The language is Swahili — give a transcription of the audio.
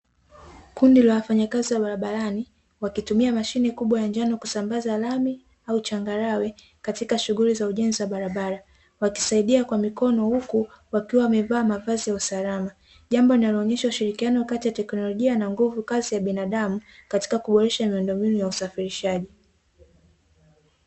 Kundi la wafanyakazi wa barabarani, wakitumia mashine kubwa ya njano kusambaza lami au changarawe, katika shughuli za ujenzi wa barabara. Wakisaidia kwa mikono huku wakiwa wamevaa mavazi ya usalama. Jambo linaloonyesha ushirikiano kati ya teknolojia na nguvukazi ya binadamu, katika kuboresha miundombinu ya usafirishaji.